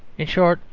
in short,